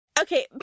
Okay